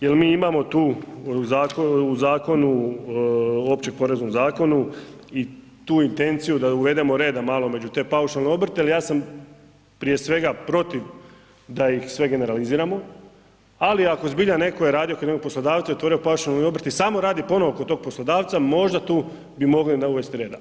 Jel mi imamo tu u Opće poreznom zakonu i tu intenciju da uvedemo reda malo među te paušalne obrte, ali ja sam prije svega protiv da ih sve generaliziramo, ali ako zbilja je neko radio kod jednog poslodavca i otvorio paušalni obrt i samo radi ponovo kod tog poslodavca možda tu bi mogli uvesti reda.